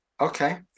okay